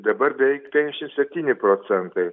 dabar beveik penkdešim septyni procentai